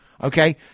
Okay